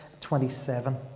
27